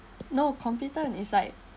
no competent it's like